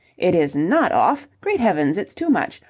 it is not off! great heavens! it's too much!